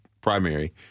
primary